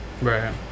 right